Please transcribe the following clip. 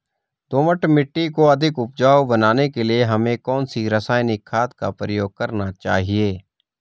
दोमट मिट्टी को अधिक उपजाऊ बनाने के लिए हमें कौन सी रासायनिक खाद का प्रयोग करना चाहिए?